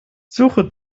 suche